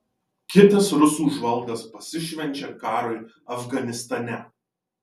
kitas rusų žvalgas pasišvenčia karui afganistane